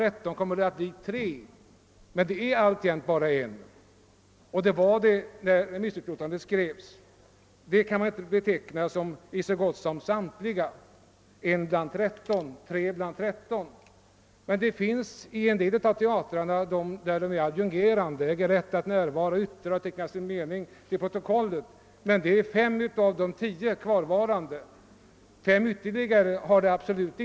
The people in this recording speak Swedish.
Men när remissyttrandet skrevs var det alltså bara en teater som hade gjort det, och då är det fel att säga att det gäller »i så gott som samtliga». I fem teatrar är de anställdas representanter adjungerade; de äger rätt att närvara och att uttala sin mening till protokollet. I de återstående fem teatrarna har de inte ens denna rätt.